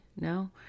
No